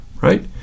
right